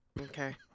Okay